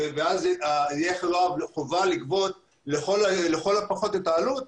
שתהיה חובה לגבות לכל הפחות את העלות,